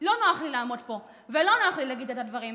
לא נוח לי לעמוד פה ולא נוח לי להגיד את הדברים האלה,